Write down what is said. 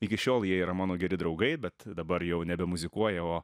iki šiol jie yra mano geri draugai bet dabar jau nebemuzikuoja o